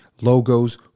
logos